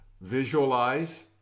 visualize